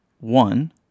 one